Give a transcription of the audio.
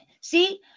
see